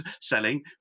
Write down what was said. selling